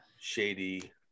shady